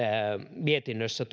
mietinnössä